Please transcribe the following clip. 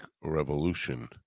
revolution